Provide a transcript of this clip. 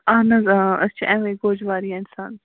اَہن حظ اۭں أسۍ چھِ M A Gojwari and sun